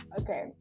Okay